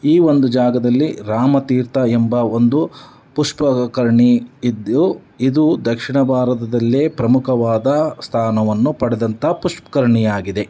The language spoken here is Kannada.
ಈ ಒಂದು ಜಾಗದಲ್ಲಿ ರಾಮತೀರ್ಥ ಎಂಬ ಒಂದು ಪುಷ್ಕರಣಿ ಇದ್ದು ಇದು ದಕ್ಷಿಣ ಭಾರತದಲ್ಲೇ ಪ್ರಮುಖವಾದ ಸ್ಥಾನವನ್ನು ಪಡೆದಂಥ ಪುಷ್ಕರಣಿಯಾಗಿದೆ